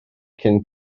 cyn